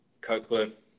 Cutcliffe